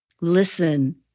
listen